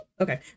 Okay